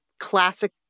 Classic